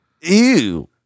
Ew